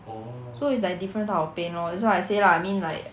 so it's like different type of pain lor that's why I say lah I mean like